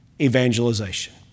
evangelization